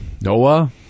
Noah